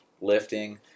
lifting